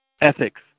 ethics